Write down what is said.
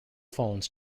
phones